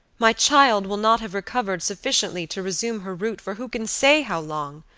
my child will not have recovered sufficiently to resume her route for who can say how long.